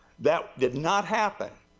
that did not happen.